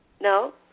No